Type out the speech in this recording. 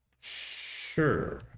Sure